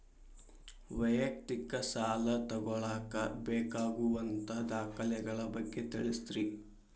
ವೈಯಕ್ತಿಕ ಸಾಲ ತಗೋಳಾಕ ಬೇಕಾಗುವಂಥ ದಾಖಲೆಗಳ ಬಗ್ಗೆ ತಿಳಸ್ರಿ